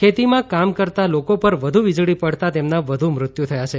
ખેતીમાં કામ કરતા લોકો વધુ વીજળી પડતા તેમના વધુ મૃત્યુ થયા છે